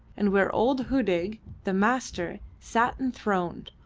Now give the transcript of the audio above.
and where old hudig the master sat enthroned,